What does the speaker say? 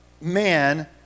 man